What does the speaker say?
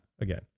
again